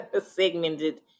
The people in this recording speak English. segmented